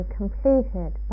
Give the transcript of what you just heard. completed